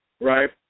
right